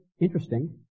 interesting